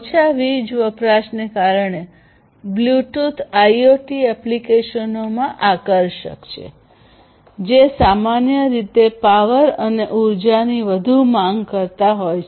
ઓછા વીજ વપરાશને કારણે બ્લૂટૂથ આઇઓટી એપ્લિકેશનોમાં આકર્ષક છે જે સામાન્ય રીતે પાવર અને ઊર્જા ની વધુ માંગ કરતા હોય છે